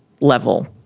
level